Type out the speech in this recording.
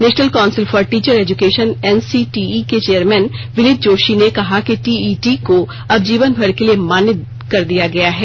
national Council for Teacher Education NCTE के chairman Vineet Joshi ने कहा कि टीईटी को अब जीवनभर के लिए मान्य दिया गया है